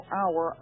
hour